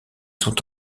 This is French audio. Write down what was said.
sont